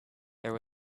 there